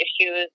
issues